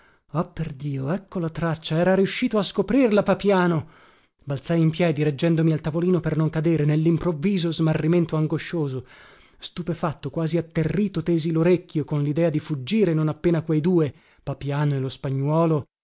ah perdio ecco la traccia era riuscito a scoprirla papiano balzai in piedi reggendomi al tavolino per non cadere nellimprovviso smarrimento angoscioso stupefatto quasi atterrito tesi lorecchio con lidea di fuggire non appena quei due papiano e lo spagnuolo